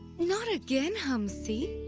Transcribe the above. not again, hamsi!